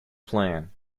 plan